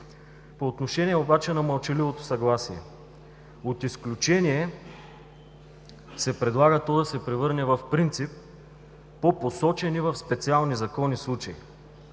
По отношение на мълчаливото съгласие. От изключение се предлага то да се превърне в принцип по посочени в специални закони случаи.